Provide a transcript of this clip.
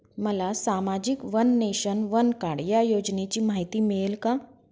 मला सामाजिक one nation, one card या योजनेची माहिती मिळेल का?